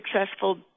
successful